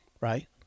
right